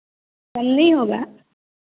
कम नहीं होगा